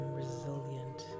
resilient